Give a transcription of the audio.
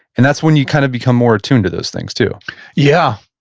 and that's when you kind of become more attuned to those things too yeah,